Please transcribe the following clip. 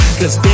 cause